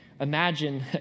Imagine